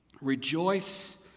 Rejoice